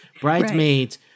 bridesmaids